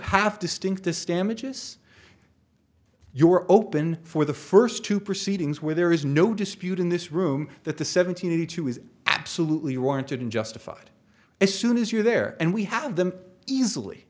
have to stink this damages you are open for the first two proceedings where there is no dispute in this room that the seventy two is absolutely warranted and justified as soon as you are there and we have them easily